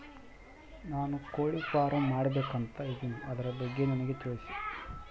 ನಾನು ಕೋಳಿ ಫಾರಂ ಮಾಡಬೇಕು ಅಂತ ಇದಿನಿ ಅದರ ಬಗ್ಗೆ ನನಗೆ ತಿಳಿಸಿ?